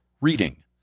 reading